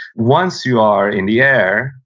once you are in the air,